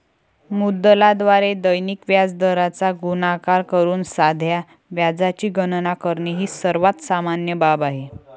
मुद्दलाद्वारे दैनिक व्याजदराचा गुणाकार करून साध्या व्याजाची गणना करणे ही सर्वात सामान्य बाब आहे